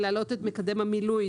להעלות את מקדם המילוי.